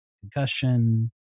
concussion